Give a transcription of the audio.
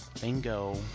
Bingo